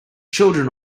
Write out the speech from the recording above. children